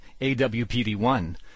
AWPD-1